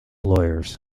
lawyers